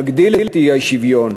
שמגדיל את האי-שוויון,